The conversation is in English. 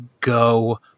go